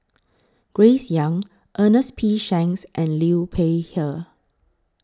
Grace Young Ernest P Shanks and Liu Peihe